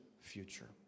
future